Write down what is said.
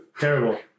terrible